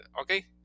okay